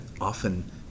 often